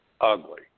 ugly